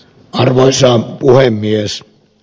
arvoisa puhemies